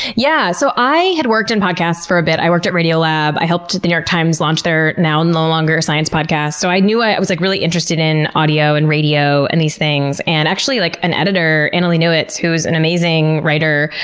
yeah, so i had worked in podcasts for a bit. i worked at radiolab. i helped the new york times launch their now-no-longer science podcast, so i knew, i i was like really interested in audio, and radio, and these things. and actually like an editor, annalee newitz, who's an amazing writer,